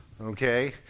okay